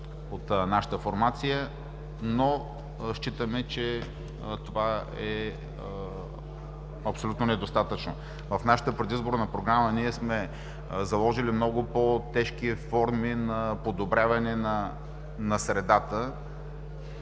от нашата формация, но считаме, че това е абсолютно недостатъчно. В нашата предизборна програма сме заложили много по-тежки форми за подобряване на средата